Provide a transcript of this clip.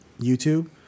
YouTube